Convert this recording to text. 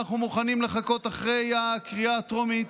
אנחנו מוכנים לחכות אחרי הקריאה הטרומית.